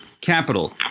Capital